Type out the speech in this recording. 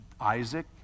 Isaac